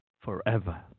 forever